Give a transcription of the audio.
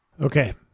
Okay